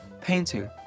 painting